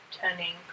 turning